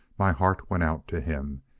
my heart went out to him.